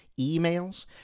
emails